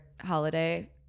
holiday